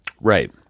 Right